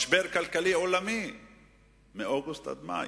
משבר כלכלי עולמי מאוגוסט עד מאי.